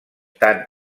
tant